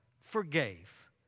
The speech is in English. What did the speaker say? forgave